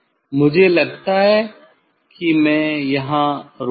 मुझे लगता है कि मैं यहां रुकूंगा